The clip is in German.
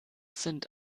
sind